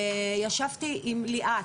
ישבתי עם ליאת,